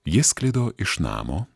jis sklido iš namo